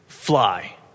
fly